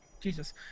Jesus